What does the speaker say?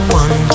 one